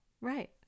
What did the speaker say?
right